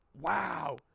wow